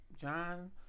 John